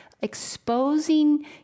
exposing